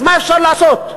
אז מה אפשר לעשות?